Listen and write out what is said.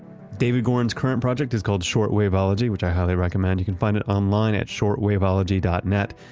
david goren's current project is called shortwaveology, which i highly recommend. you can find it online at shortwaveology dot net.